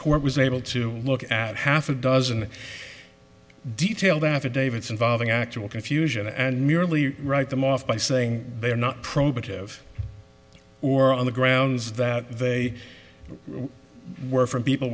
court was able to look at half a dozen detailed affidavits involving actual confusion and merely write them off by saying they were not prohibitive or on the grounds that they were from people